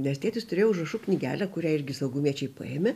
nes tėtis turėjo užrašų knygelę kurią irgi saugumiečiai paėmė